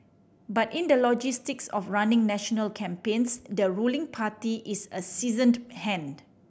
but in the logistics of running national campaigns the ruling party is a seasoned hand